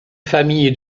famille